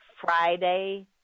Friday